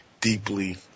deeply